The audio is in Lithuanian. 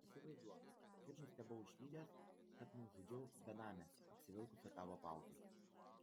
įsivaizduok kaip nustebau išvydęs kad nužudžiau benamę apsivilkusią tavo paltu